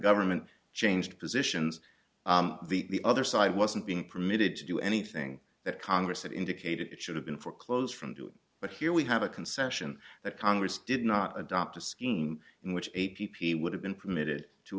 government changed positions the other side wasn't being permitted to do anything that congress had indicated it should have been for close from doing but here we have a concession that congress did not adopt a scheme in which a p p would have been permitted to